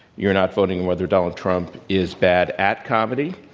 you're not voting whether donald trump is bad at comedy.